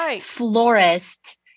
florist